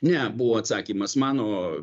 ne buvo atsakymas mano